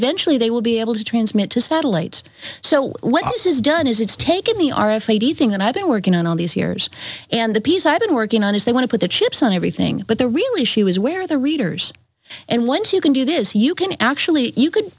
eventually they will be able to transmit to satellites so when i was is done is it's taken the are afraid he thing and i've been working on all these years and the piece i've been working on is they want to put the chips on everything but the really she was where the readers and once you can do this you can actually you could